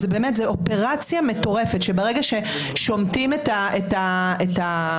זו אופרציה מטורפת שברגע ששומטים את התשתית